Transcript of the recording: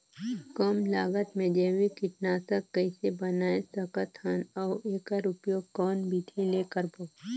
कम लागत मे जैविक कीटनाशक कइसे बनाय सकत हन अउ एकर उपयोग कौन विधि ले करबो?